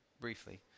briefly